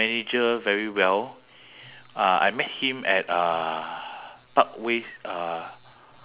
so after that he got drop to uh he got transfer to hougang mall so coincidentally I I was joining hougang mall that day